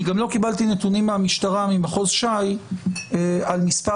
אני גם לא קיבלתי נתונים מהמשטרה ממחוז ש"י על מספר